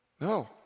No